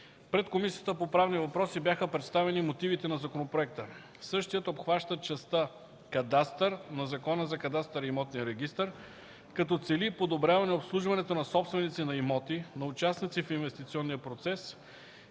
Пред Комисията по правни въпроси бяха представени мотивите на законопроекта. Същият обхваща частта „Кадастър“ на Закона за кадастъра и имотния регистър, като цели подобряване обслужването на собственици на имоти, на участници в инвестиционния процес,